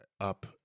up